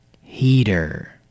heater